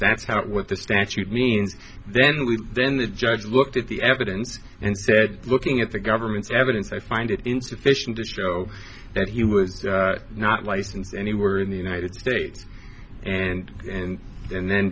that's how what the statute means then we then the judge looked at the evidence and said looking at the government's evidence i find it insufficient to show that he was not licensed anywhere in the united states and and and then